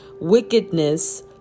wickedness